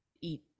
eat